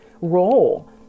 role